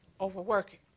overworking